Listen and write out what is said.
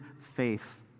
faith